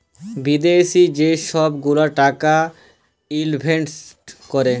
বিদ্যাশি যে ছব গুলা টাকা ইলভেস্ট ক্যরে